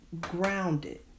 grounded